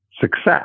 success